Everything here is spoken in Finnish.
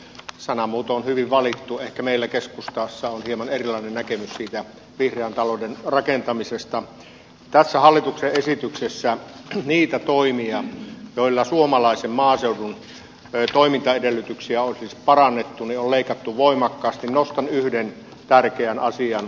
sana muutoin hyvin valittu että meillä keskus jossa on hieman erilainen näkemys siitä huomioidaan tässä hallituksen esityksessä on niitä toimia joilla suomalaisen maaseudun naistoimintaedellytyksiä on parannettu jo leikattu voimakkaasti nostan yhden tärkeän asian